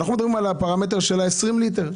אנחנו מדברים על הפרמטר של ה-20 ליטר.